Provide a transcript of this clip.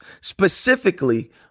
specifically